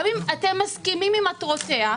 גם אם אתם מסכימים עם מטרותיה,